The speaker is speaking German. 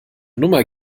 nummer